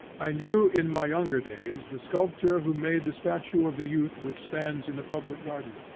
i knew in my younger days the sculptor who made the statue of the youth which stands in the public garden.